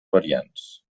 variants